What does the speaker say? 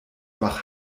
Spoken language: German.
wach